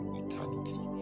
eternity